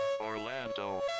Orlando